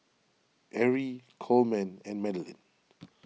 Erie Coleman and Madalynn